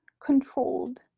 controlled